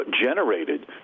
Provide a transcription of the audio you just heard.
generated